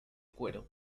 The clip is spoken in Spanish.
cuero